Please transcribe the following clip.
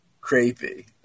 creepy